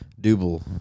Double